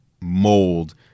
mold